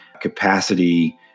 capacity